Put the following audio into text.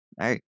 Hey